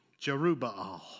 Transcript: Jerubbaal